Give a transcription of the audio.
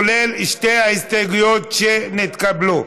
כולל שתי ההסתייגויות שהתקבלו.